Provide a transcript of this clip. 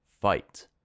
fight